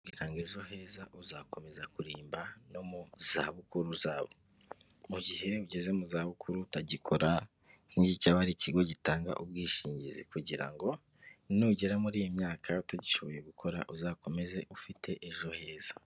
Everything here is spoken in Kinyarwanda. Ejo heza uzakomeza kurimba no mu zabukuru zawe mu gihe ugeze mu za bukuru utagikora nk'cyabari ikigo gitanga ubwishingizi kugira ngo nugera muri iyi myaka utagishoboye gukora uzakomeze ufite ejo heza.